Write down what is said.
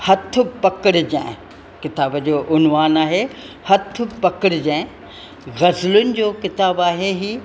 हथु पकिड़िजें किताब जो उनवान आहे हथु पकिड़िजें ग़ज़लुनि जो किताबु आहे हीउ